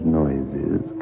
noises